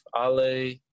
Ale